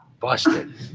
Busted